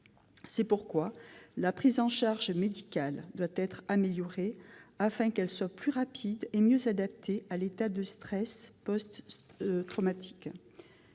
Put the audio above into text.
C'est pourquoi la prise en charge médicale doit être améliorée, afin qu'elle soit plus rapide et mieux adaptée à l'état de stress post-traumatique